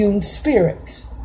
spirits